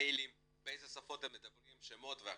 מיילים, באיזה שפות הם מדברים, שמות והכל.